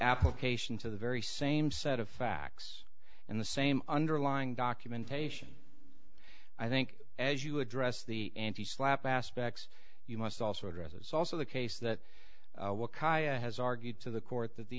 application to the very same set of facts in the same underlying documentation i think as you address the slap aspects you must also address as also the case that has argued to the court that the